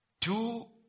two